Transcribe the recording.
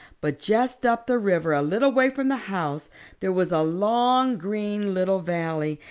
but just up the river a little way from the house there was a long green little valley,